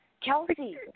Kelsey